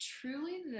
truly